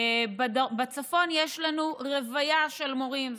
בצפון יש לנו רוויה של מורים,